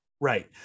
Right